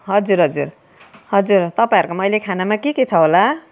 हजुर हजुर हजुर तपाईँहरूकोमा अहिले खानामा के के छ होला